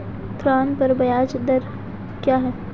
ऋण पर ब्याज दर क्या है?